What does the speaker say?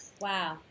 Wow